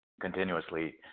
continuously